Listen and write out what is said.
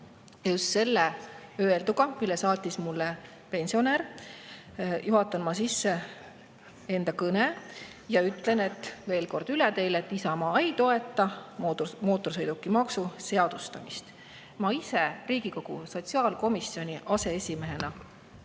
Just selle öelduga, mille saatis mulle pensionär, juhatan ma sisse enda kõne. Ja ütlen teile veel kord, et Isamaa ei toeta mootorsõidukimaksu seadustamist. Ma ise Riigikogu sotsiaalkomisjoni aseesimehena